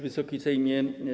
Wysoki Sejmie!